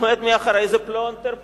עומד מאחורי זה פלונטר פוליטי,